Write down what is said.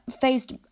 faced